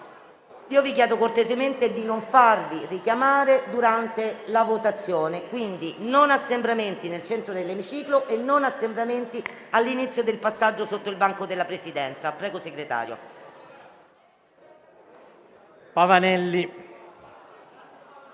vi chiedo cortesemente di non farvi richiamare durante la votazione e quindi: niente assembramenti nel centro dell'emiciclo e niente assembramenti all'inizio del passaggio sotto il banco della Presidenza. MARGIOTTA, *segretario,